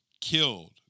killed